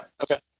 Okay